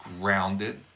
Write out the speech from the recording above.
grounded